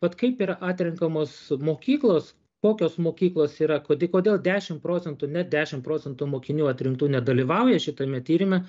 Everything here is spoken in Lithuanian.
vat kaip yra atrenkamos mokyklos kokios mokyklos yra kodė kodėl dešimt procentų net dešimt procentų mokinių atrinktų nedalyvauja šitame tyrime